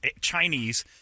Chinese